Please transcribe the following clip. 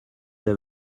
der